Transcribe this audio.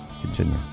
continue